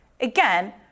again